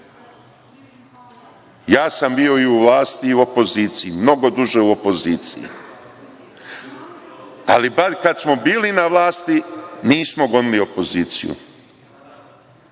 Ja sam bio i u vlasti i u opoziciji, mnogo duže u opoziciji, ali bar kad smo bili na vlasti nismo gonili opoziciju.